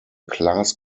class